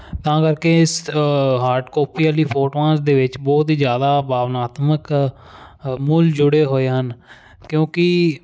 ਤਾਂ ਕਰਕੇ ਇਸ ਹਾਰਡ ਕੋਪੀ ਵਾਲੀ ਫੋਟੋਆਂ ਦੇ ਵਿੱਚ ਬਹੁਤ ਹੀ ਜ਼ਿਆਦਾ ਭਾਵਨਾਤਮਕ ਮੁੱਲ ਜੁੜੇ ਹੋਏ ਹਨ ਕਿਉਂਕਿ